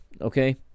okay